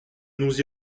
nous